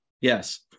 Yes